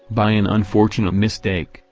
by an unfortunate mistake,